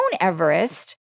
Everest